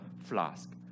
flask